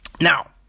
Now